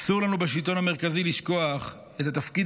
אסור לנו בשלטון המרכזי לשכוח את התפקיד